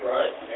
Right